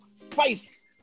spice